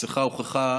מסכה הוכחה,